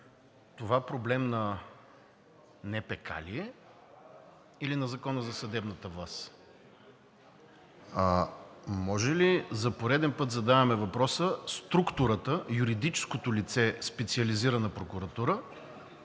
това проблем на НПК ли е, или на Закона за съдебната власт? Може ли, за пореден път задаваме въпроса, структурата, юридическото лице – Специализирана прокуратура,